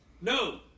No